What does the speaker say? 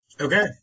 Okay